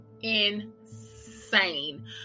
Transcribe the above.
insane